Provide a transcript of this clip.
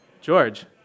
George